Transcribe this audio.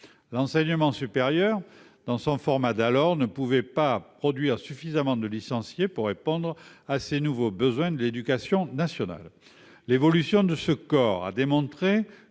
L'enseignement supérieur, dans son format de cette époque, ne pouvait pas produire suffisamment de licenciés pour répondre à ces nouveaux besoins de l'éducation nationale. L'évolution de ce corps a démontré